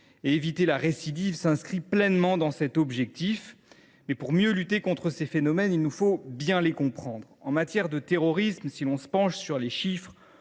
Éviter la récidive s’inscrit tout à fait dans cet objectif. Reste que, pour mieux lutter contre ces phénomènes, il nous faut bien les comprendre. En matière de terrorisme, si l’on se penche sur les chiffres,